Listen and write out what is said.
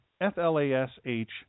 F-L-A-S-H